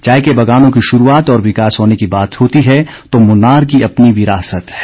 चाय के बागानों की शुरुआत और विकास होने की बात होती है तो मून्नार की अपनी विरासत है